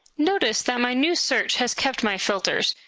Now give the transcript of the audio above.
notice that my new search has kept my filters.